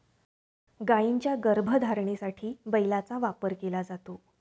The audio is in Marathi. गायींच्या गर्भधारणेसाठी बैलाचा वापर केला जातो